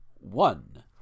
one